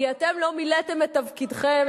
כי אתם לא מילאתם את תפקידכם.